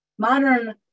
Modern